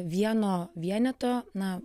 vieno vieneto na